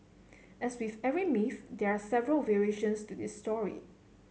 as with every myth there are several variations to this story